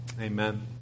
amen